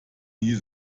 nie